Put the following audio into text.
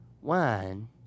one